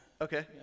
Okay